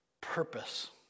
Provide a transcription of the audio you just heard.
purpose